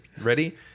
Ready